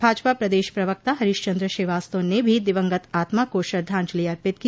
भाजपा प्रदेश प्रवक्ता हरीश चन्द्र श्रीवास्तव ने भी दिवंगत आत्मा को श्रद्धाजंलि अर्पित की